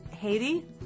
Haiti